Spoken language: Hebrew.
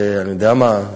אני יודע מה?